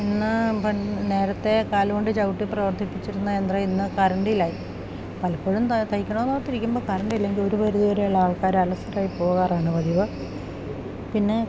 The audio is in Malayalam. ഇന്ന് നേരത്തെ കാല് കൊണ്ട് ചവിട്ടി പ്രവർത്തിപ്പിച്ചിരുന്ന യന്ത്രം ഇന്ന് കറണ്ടില്ലായി പലപ്പോഴും ത തയ്ക്കണോന്നോർത്തിരിക്കുമ്പോൾ കറണ്ടില്ലെങ്കിൽ ഒരു പരിധിവരെയുള്ള ആൾക്കാര് അലസരായി പോകാറാണ് പതിവ് പിന്നെ